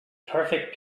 perfect